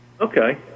Okay